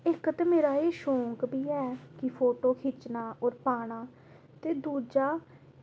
इक्क मेरा एह् शौक बी ऐ कि फोटो खिच्चना एह् पाना ते दूआ